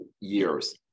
years